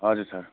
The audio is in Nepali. हजुर सर